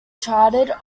charted